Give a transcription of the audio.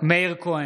מאיר כהן,